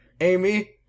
Amy